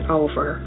over